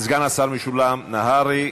סגן השר משולם נהרי.